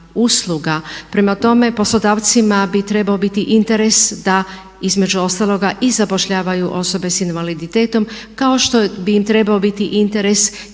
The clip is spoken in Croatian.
Prema tome, poslodavcima bi trebao biti interes da između ostaloga i zapošljavaju osobe s invaliditetom kao što bi im trebao biti interes i da